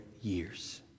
years